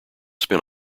spin